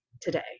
today